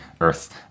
earth